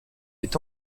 est